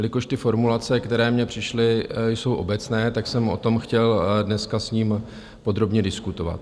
Jelikož ty formulace, které mně přišly, jsou obecné, tak jsem o tom chtěl dneska s ním podrobně diskutovat.